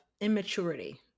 immaturity